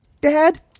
Dad